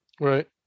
Right